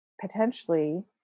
potentially